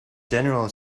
general